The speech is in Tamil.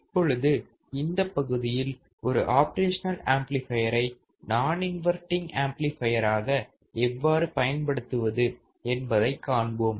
இப்பொழுது இந்தப் பகுதியில் ஒரு ஆப்ரேஷனல் ஆம்ப்ளிபையரை நான் இன்வர்ட்டிங் ஆம்ப்ளிபையர் ஆக எவ்வாறு பயன்படுத்துவது என்பதைக் காண்போம்